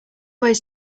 ways